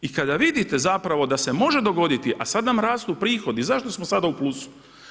I kada vidite zapravo da se može dogoditi, a sada nam rastu prihodi, zašto smo sada u plusu?